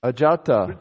Ajata